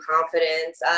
confidence